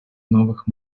новых